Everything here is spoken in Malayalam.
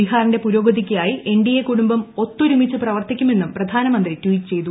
ബിഹാറിന്റെ പുരോഗതിക്കായി എൻ ഡി എ കുടുംബം ഒത്തൊരുമിച്ചു പ്രവർത്തിക്കുമെന്നും പ്രധാനമന്ത്രി ട്വീറ്റ് ചെയ്തു